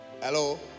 Hello